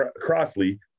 Crossley